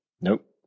Nope